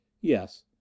Yes